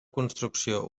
construcció